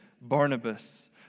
Barnabas